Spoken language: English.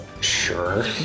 Sure